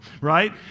right